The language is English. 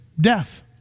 Death